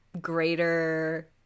greater